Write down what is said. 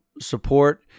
support